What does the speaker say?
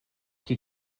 qui